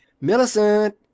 Millicent